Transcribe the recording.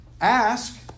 Ask